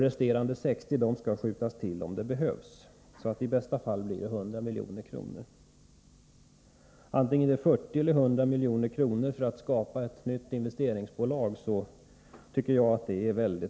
Resterande 60 milj.kr. skall'skjutas till om det behövs, så i bästa fall blir det 100 milj.kr. Vare sig det är 40 eller 100 miljoner, tycker jag att det är mycket litet - Nr 80 pengar för att skapa ett nytt investeringsbolag.